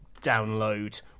download